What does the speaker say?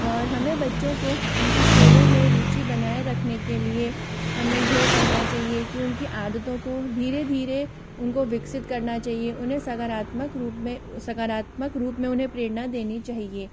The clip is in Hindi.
और हमें बच्चों को उनकी खेलों में रुचि बनाए रखने के लिए हमें यह करना चाहिए कि उनकी आदतों को धीरे धीरे उनको विकसित करना चाहिए उन्हें सकारात्मक रूप में सकारात्मक रूप में उन्हें प्रेरणा देनी चाहिए